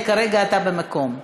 כרגע אתה במקום.